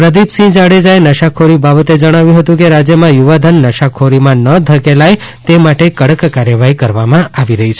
પ્રદિપસિંહ જાડેજાએ નશાખોરી બાબતે જણાવ્યું હતું કે રાજ્યમાં યુવાધન નશાખોરીમાં ન ધકેલાય તે માટે કડક કાર્યવાહી કરવામાં આવી રહી છે